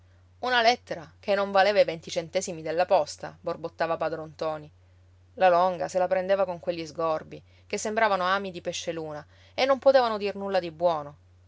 una lettera che non valeva i venti centesimi della posta borbottava padron ntoni la longa se la prendeva con quegli sgorbj che sembravano ami di pesceluna e non potevano dir nulla di buono